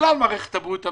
בגלל מערכת הבריאות המצוינת,